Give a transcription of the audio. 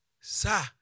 sir